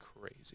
crazy